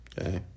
Okay